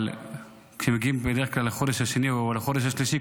אבל כשמגיעים בדרך כלל לחודש השני או לחודש השלישי,